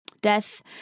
Death